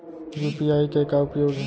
UPI के का उपयोग हे?